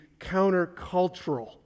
countercultural